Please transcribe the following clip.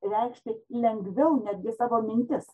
reikšti lengviau netgi savo mintis